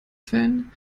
fan